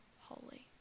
holy